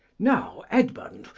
now, edmund,